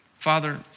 Father